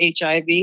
HIV